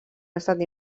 estat